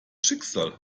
schicksal